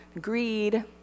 greed